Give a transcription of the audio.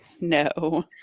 No